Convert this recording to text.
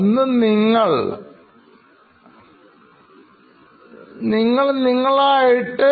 ഒന്ന് നിങ്ങൾ നിങ്ങൾ ആണ്